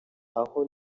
aho